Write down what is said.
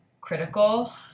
critical